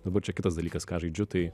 dabar čia kitas dalykas ką žaidžiu tai